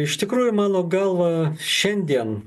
iš tikrųjų mano galva šiandien